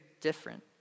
different